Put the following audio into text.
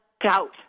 doubt